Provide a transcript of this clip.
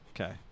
Okay